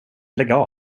lägga